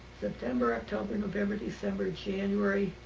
september, october, november, december, january.